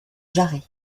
jarret